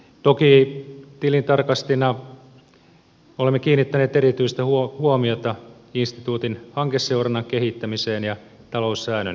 toki tilintarkastajina olemme kiinnittäneet erityistä huomiota instituutin hankeseurannan kehittämiseen ja taloussäännön päivittämiseen